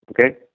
okay